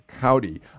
County